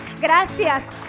gracias